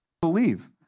Believe